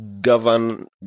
govern